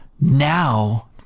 Now